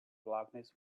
blackness